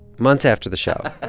months after the show. ah ah